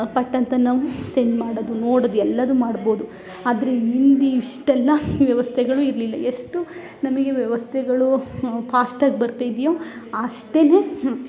ಪಟ್ ಅಂತ ನಾವು ಸೆಂಡ್ ಮಾಡೋದು ನೋಡೋದು ಎಲ್ಲದು ಮಾಡ್ಬೋದು ಆದರೆ ಹಿಂದೆ ಇಷ್ಟೆಲ್ಲ ವ್ಯವಸ್ಥೆಗಳು ಇರಲಿಲ್ಲ ಎಷ್ಟು ನಮಗೆ ವ್ಯವಸ್ಥೆಗಳು ಫಾಸ್ಟಾಗಿ ಬರ್ತಾ ಇದೆಯೋ ಆಷ್ಟೇ